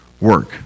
work